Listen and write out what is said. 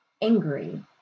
angry